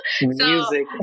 Music